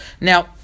Now